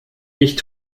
nicht